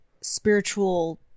spiritual